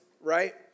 right